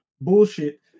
bullshit